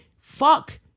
Fuck